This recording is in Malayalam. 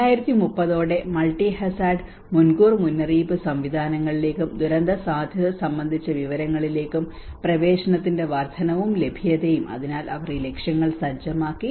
2030 ഓടെ മൾട്ടി ഹാസാർഡ് മുൻകൂർ മുന്നറിയിപ്പ് സംവിധാനങ്ങളിലേക്കും ദുരന്തസാധ്യത സംബന്ധിച്ച വിവരങ്ങളിലേക്കും പ്രവേശനത്തിന്റെ വർദ്ധനവും ലഭ്യതയും അതിനാൽ അവർ ഈ ലക്ഷ്യങ്ങൾ സജ്ജമാക്കി